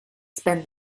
spend